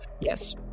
yes